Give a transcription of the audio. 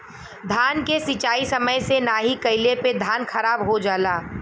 धान के सिंचाई समय से नाहीं कइले पे धान खराब हो जाला